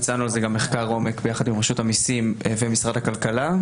ביצענו גם מחקר עומק יחד עם רשות המסים ומשרד הכלכלה.